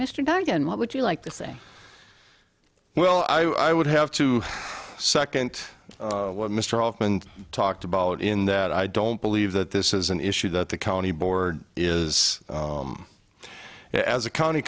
donnegan what would you like to say well i would have to second what mr often talked about in that i don't believe that this is an issue that the county board is as a county